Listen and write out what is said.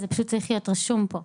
וזה צריך להיות רשום פה.